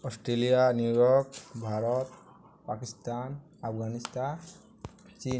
Australia New York Bharat Pakistan Afghanistan Chin